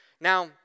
Now